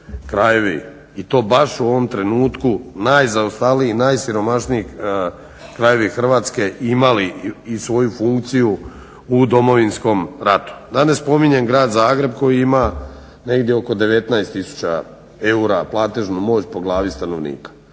krajevi i to baš u ovom trenutku najzaostaliji i najsiromašniji krajevi Hrvatske imali i svoju funkciju u Domovinskom ratu. Da ne spominjem Grad Zagreb koji ima negdje oko 19000 eura platežnu moć po glavi stanovnika.